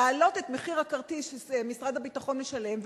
להעלות את מחיר הכרטיס שמשרד הביטחון משלם,